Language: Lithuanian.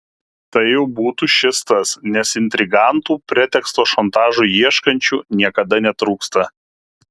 tai jau būtų šis tas nes intrigantų preteksto šantažui ieškančių niekada netrūksta